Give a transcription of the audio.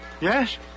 Yes